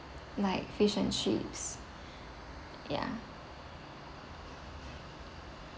like fish and chips ya